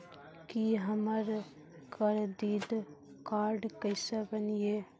की हमर credit card केसे बनिये?